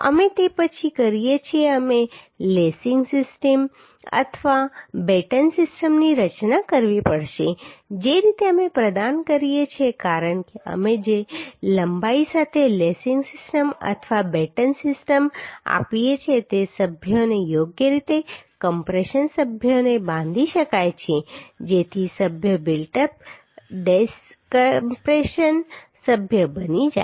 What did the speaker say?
અમે તે પછી કરીએ છીએ અમે લેસિંગ સિસ્ટમ અથવા બેટન સિસ્ટમની રચના કરવી પડશે જે રીતે અમે પ્રદાન કરીએ છીએ કારણ કે અમે જે લંબાઇ સાથે લેસિંગ સિસ્ટમ અથવા બેટન સિસ્ટમ આપીએ છીએ તે સભ્યોને યોગ્ય રીતે કમ્પ્રેશન સભ્યોને બાંધી શકાય છે જેથી સભ્યો બિલ્ટ અપ ડિસકમ્પ્રેસન સભ્ય બની જાય